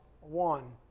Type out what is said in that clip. one